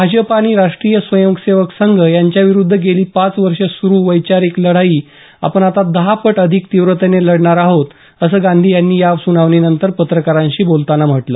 भाजप आणि राष्ट्रीय स्वयंसेवक संघ यांच्याविरुद्ध गेली पाच वर्ष सुरू वैचारिक लढाई आपण आता दहा पट अधिक तीव्रतेनं लढणार आहोत असं गांधी यांनी या सुनावणीनंतर पत्रकारांशी बोलताना म्हटलं